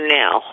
now